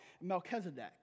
Melchizedek